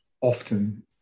often